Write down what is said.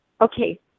Okay